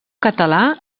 català